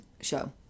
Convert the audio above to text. Show